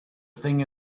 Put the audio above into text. thing